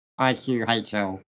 IQHL